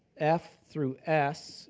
f through s.